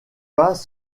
pas